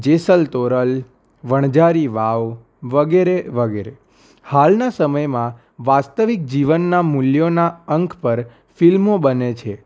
જેસલ તોરલ વણઝારી વાવ વગેરે વગેરે હાલના સમયમાં વાસ્તવિક જીવનનાં મૂલ્યોના અંક પર ફિલ્મો બને છે